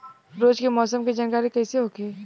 रोज के मौसम के जानकारी कइसे होखि?